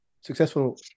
successful